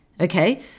Okay